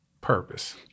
purpose